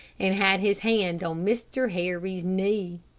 and had his hand on mr. harry's knee.